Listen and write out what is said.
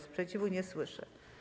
Sprzeciwu nie słyszę.